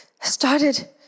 started